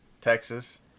Texas